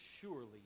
surely